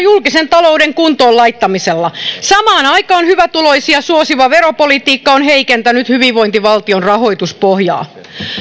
julkisen talouden kuntoon laittamisella samaan aikaan hyvätuloisia suosiva veropolitiikka on heikentänyt hyvinvointivaltion rahoituspohjaa